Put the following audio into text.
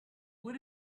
would